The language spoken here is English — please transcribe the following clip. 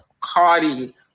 Cardi